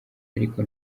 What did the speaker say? ariko